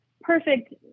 perfect